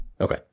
Okay